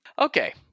Okay